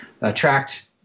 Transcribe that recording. attract